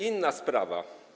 Inna sprawa.